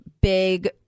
big